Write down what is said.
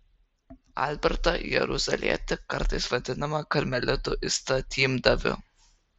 albertą jeruzalietį kartais vadinamą karmelitų įstatymdaviu